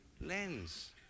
lens